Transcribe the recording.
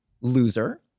Loser